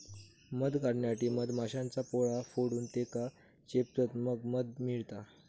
मध काढण्यासाठी मधमाश्यांचा पोळा फोडून त्येका चेपतत मग मध मिळता